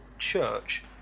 church